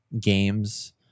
games